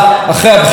תודה רבה.